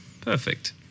Perfect